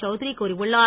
south ரி கூறியுள்ளார்